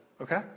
okay